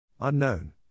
Unknown